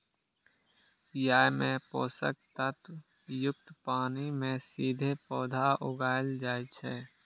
अय मे पोषक तत्व युक्त पानि मे सीधे पौधा उगाएल जाइ छै